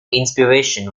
inspiration